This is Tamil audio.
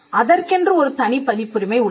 அதற்கென்று ஒரு தனி பதிப்புரிமை உள்ளது